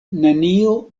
nenio